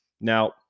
Now